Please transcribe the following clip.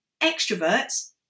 extroverts